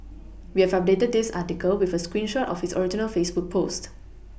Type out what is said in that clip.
we have updated this article with a screen shot of his original Facebook post